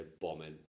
bombing